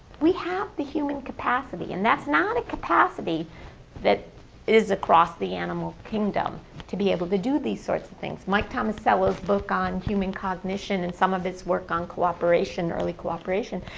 we have the human capacity, and that's not a capacity that is across the animal kingdom to be able to do these sorts of things. mike tomasello's book on human cognition and some of his work on cooperation, early cooperation,